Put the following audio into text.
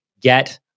Get